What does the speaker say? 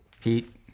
Heat